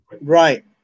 Right